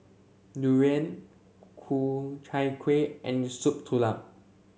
Durian Ku Chai Kuih and Soup Tulang